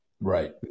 Right